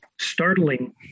startling